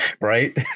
Right